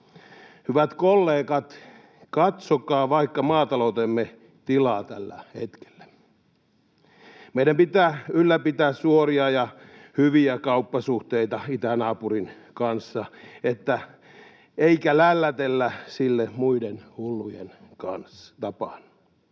Hyvät kollegat, katsokaa vaikka maataloutemme tilaa tällä hetkellä. Meidän pitää ylläpitää suoria ja hyviä kauppasuhteita itänaapurin kanssa eikä lällätellä sille muiden hullujen tapaan.